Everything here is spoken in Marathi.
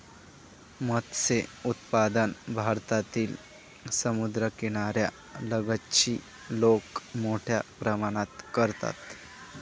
मत्स्य उत्पादन भारतातील समुद्रकिनाऱ्या लगतची लोक मोठ्या प्रमाणात करतात